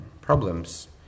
problems